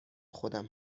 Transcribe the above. خودم